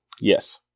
yes